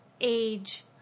age